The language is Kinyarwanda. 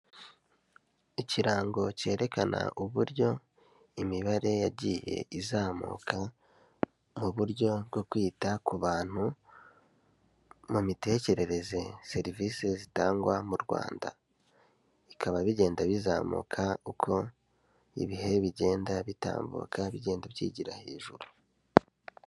Ikirango cyerekana uburyo imibare yagiye izamuka mu buryo bwo kwita ku bantu mu mitekerereze serivise zitangwa mu Rwanda, bikaba bigenda bizamuka uko ibihe bigenda bitambuka bigenda byigira hejuru.